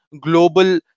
global